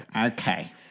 Okay